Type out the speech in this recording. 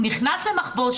הוא נכנס למחבוש,